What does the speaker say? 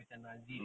mm